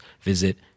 visit